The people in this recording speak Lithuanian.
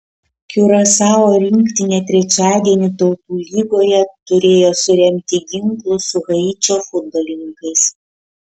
kiurasao rinktinė trečiadienį tautų lygoje turėjo suremti ginklus su haičio futbolininkais